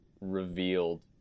revealed